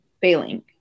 failing